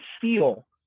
feel